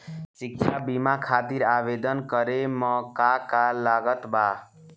शिक्षा बीमा खातिर आवेदन करे म का का लागत बा?